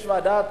יש ועדת